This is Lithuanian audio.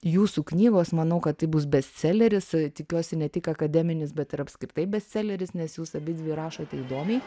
jūsų knygos manau kad tai bus bestseleris tikiuosi ne tik akademinis bet ir apskritai bestseleris nes jūs abidvi rašote įdomiai